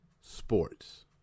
sports